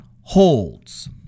holds